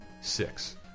Six